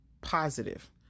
positive